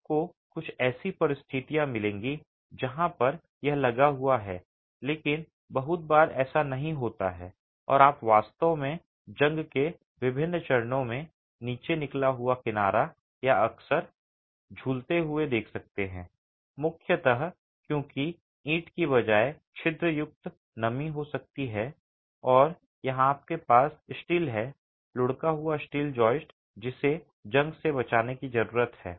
आपको कुछ ऐसी स्थितियाँ मिलेंगी जहाँ पर यह लगा हुआ है लेकिन बहुत बार ऐसा नहीं होता है और आप वास्तव में जंग के विभिन्न चरणों में नीचे निकला हुआ किनारा और अक्सर झूलते हुए देख सकते हैं मुख्यतः क्योंकि ईंट की बजाय छिद्रयुक्त नमी हो सकती है और यहाँ आपके पास स्टील है लुढ़का हुआ स्टील जोइस्ट जिसे जंग से बचाने की जरूरत है